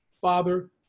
Father